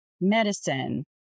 medicine